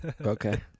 Okay